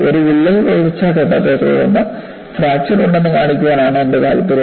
ഒരു വിള്ളൽ വളർച്ചാ ഘട്ടത്തെ തുടർന്ന് ഫ്രാക്ചർ ഉണ്ടെന്ന് കാണിക്കാനാണ് എന്റെ താൽപര്യം